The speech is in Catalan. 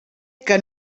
que